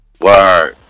Word